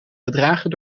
gedragen